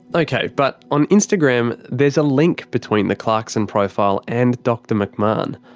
okay, but on instagram, there's a link between the clarkson profile and dr mcmahon.